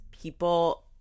people